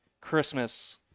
Christmas